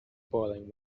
boiling